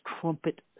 trumpet